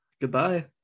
goodbye